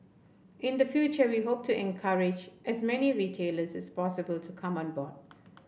in the future we hope to encourage as many retailers as possible to come on board